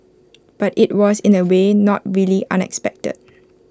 but IT was in A way not really unexpected